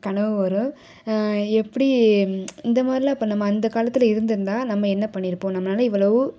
கனவு வரும் எப்படி இந்த மாதிரிலாம் இப்போ நம்ம அந்த காலத்தில் இருந்திருந்தால் நம்ம என்ன பண்ணியிருப்போம் நம்மளால் இவ்வளவு